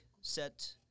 set